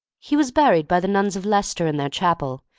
he was buried by the nuns of leicester in their chapel,